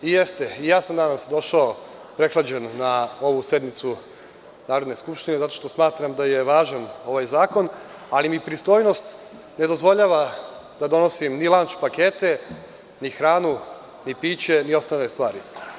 Jeste, i ja sam danas došao prehlađen na ovu sednicu Narodne skupštine zato što smatram da je važan ovaj zakon, ali mi pristojnost ne dozvoljava da donosim ni lanč pakete, ni hranu, ni piće, ni ostale stvari.